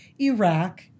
Iraq